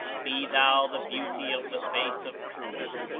be thou the beauty of the face of truth,